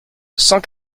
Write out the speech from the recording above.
cent